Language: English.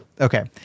okay